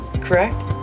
correct